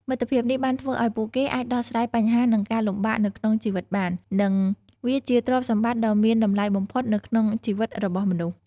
មិត្តភាពនេះបានធ្វើឲ្យពួកគេអាចដោះស្រាយបញ្ហា និងការលំបាកនៅក្នុងជីវិតបាន និង វជាទ្រព្យសម្បត្តិដ៏មានតម្លៃបំផុតនៅក្នុងជីវិតរបស់មនុស្ស។